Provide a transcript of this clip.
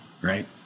right